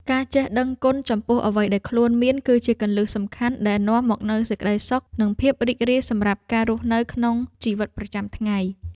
ការចេះដឹងគុណចំពោះអ្វីដែលខ្លួនមានគឺជាគន្លឹះសំខាន់ដែលនាំមកនូវសេចក្ដីសុខនិងភាពរីករាយសម្រាប់ការរស់នៅក្នុងជីវិតប្រចាំថ្ងៃ។